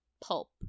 pulp